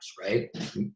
right